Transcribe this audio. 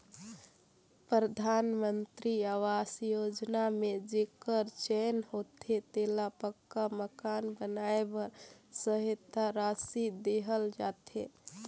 परधानमंतरी अवास योजना में जेकर चयन होथे तेला पक्का मकान बनाए बर सहेता रासि देहल जाथे